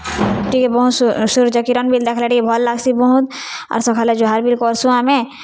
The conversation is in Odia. ଟିକେ ବହୁତ ସୂର୍ଯ୍ୟ କିରଣ୍ ବିଲ୍ ଦେଖ୍ଲେ ଟିକେ ଭଲ୍ ଲାଗ୍ସି ବହୁତ୍ ଆର୍ ସଖାଳେ ଜୁହାର୍ ବିଲ୍ କର୍ସୁଁ ଆମେ